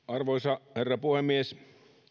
arvoisa herra puhemies